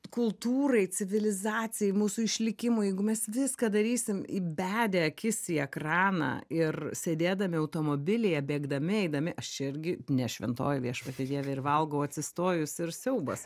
kultūrai civilizacijai mūsų išlikimui jeigu mes viską darysim įbedę akis į ekraną ir sėdėdami automobilyje bėgdami eidami aš irgi ne šventoji viešpatie dieve ir valgau atsistojus ir siaubas